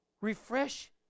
refresh